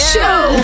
Show